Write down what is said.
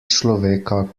človeka